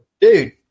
dude